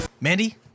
Mandy